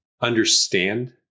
understand